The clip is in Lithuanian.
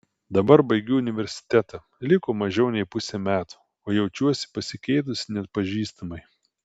dabar baigiu universitetą liko mažiau nei pusė metų o jaučiuosi pasikeitusi neatpažįstamai